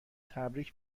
تبریگ